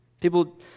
People